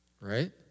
Right